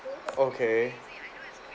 okay